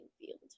field